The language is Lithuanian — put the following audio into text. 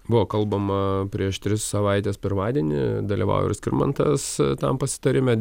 buvo kalbama prieš tris savaites pirmadienį dalyvavo ir skirmantas tam pasitarime